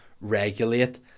regulate